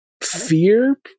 fear